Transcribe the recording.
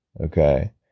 Okay